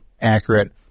accurate